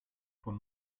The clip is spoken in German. von